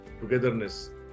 togetherness